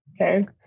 okay